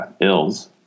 ills